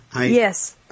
Yes